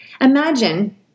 Imagine